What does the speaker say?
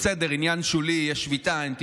אז בסדר, יש שביתה, עניין שולי.